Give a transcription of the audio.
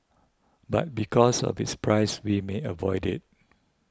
but because of its price we may avoid it